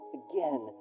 again